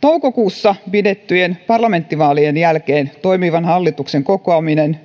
toukokuussa pidettyjen parlamenttivaalien jälkeen toimivan hallituksen kokoaminen